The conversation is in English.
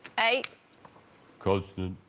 hey cousin.